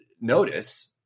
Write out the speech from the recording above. notice